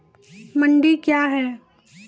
मंडी क्या हैं?